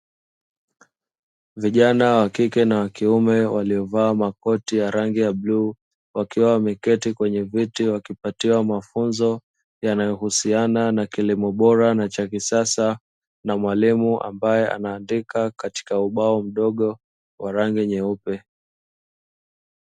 Vijana wa kike na wa kiume waliovalia makoti ya rangi ya bluu, wakiwa wameketi kwenye viti wakipatiwa mafunzo yanayohusiana na kilimo bora cha kisasa na mwalimu ambaye anaandika katika ubao mdogo wa rangi nyeupe.